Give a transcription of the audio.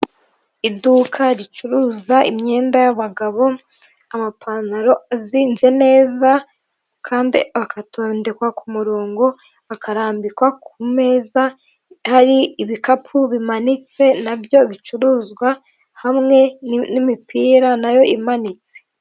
Iduka ricuruza imyenda y'abagabo amapantaro azinze neza kandi agatondekwa ku murongo, akarambikwa ku meza hari ibikapu bimanitse nabyo bicuruzwa, hamwe n'imipira nayo imanitse.